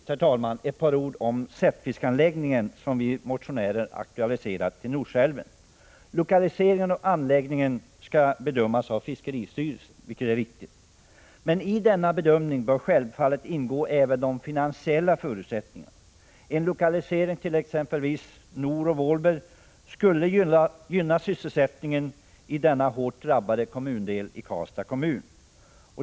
Jag vill till sist säga några ord om den sättfiskanläggning i Norsälven som vi motionärer aktualiserat. Det är viktigt att frågan om lokalisering av anläggningen bedöms av fiskeristyrelsen. Men i denna bedömning bör självfallet även de finansiella förutsättningarna ingå. En lokalisering till t.ex. Nor och Vålberg skulle gynna sysselsättningen i denna hårt drabbade del av Karlstads kommun.